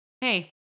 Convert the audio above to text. hey